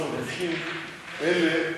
אלה,